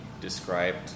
described